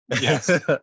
Yes